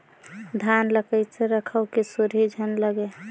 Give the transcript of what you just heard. धान ल कइसे रखव कि सुरही झन लगे?